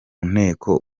nteko